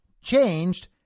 changed